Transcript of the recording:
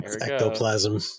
Ectoplasm